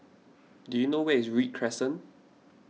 do you know where is Read Crescent